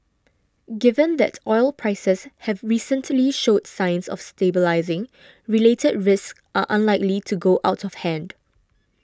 given that oil prices have recently showed signs of stabilising related risks are unlikely to go out of hand